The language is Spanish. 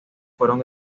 fueron